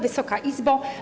Wysoka Izbo!